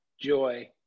joy